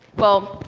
well,